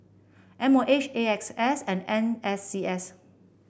M O H A X S and N S C S